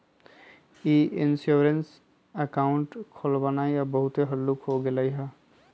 ई insurance account खोलबनाइ अब बहुते हल्लुक हो गेलइ ह